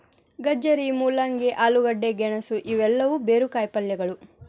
ಗಜ್ಜರಿ, ಮೂಲಂಗಿ, ಆಲೂಗಡ್ಡೆ, ಗೆಣಸು ಇವೆಲ್ಲವೂ ಬೇರು ಕಾಯಿಪಲ್ಯಗಳು